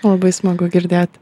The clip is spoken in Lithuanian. labai smagu girdėt